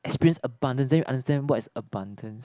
experience abundance then we understand what is abundance